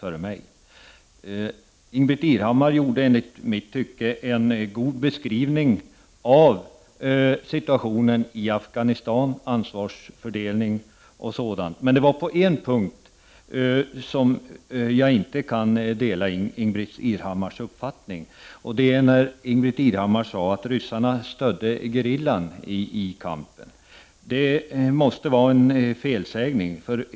Ingbritt Irhammar gjorde i mitt tycke en god beskrivning av situationen i Afghanistan, ansvarsfördelningen osv. Men det är på en punkt som jag inte kan dela Ingbritt Irhammars uppfattning. Hon sade att ryssarna stödde gerillan i kampen. Det måste vara en felsägning.